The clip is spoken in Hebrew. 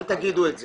אל תגידו את זה,